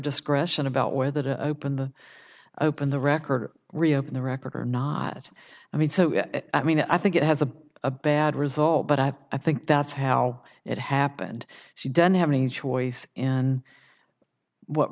discretion about whether to open the open the record reopen the record or not that i mean so i mean i think it has a a bad result but i think that's how it happened she doesn't have any choice in what